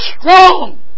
strong